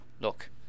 look